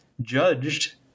judged